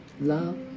Love